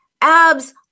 abs